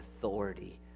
authority